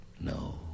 no